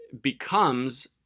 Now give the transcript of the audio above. becomes